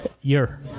year